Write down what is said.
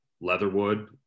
Leatherwood